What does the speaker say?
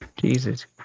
Jesus